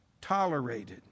tolerated